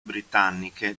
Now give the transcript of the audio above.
britanniche